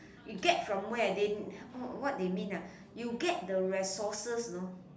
you get from where they what they mean ah you get the resources you know